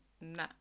nah